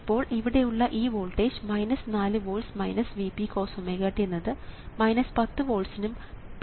ഇപ്പോൾ ഇവിടെ ഉള്ള ഈ വോൾട്ടേജ് 4 വോൾട്സ് 4Vp കോസ്⍵t എന്നത് 10 വോൾട്സ്നും 10 വോൾട്സ്നും ഇടയിലായിരിക്കണം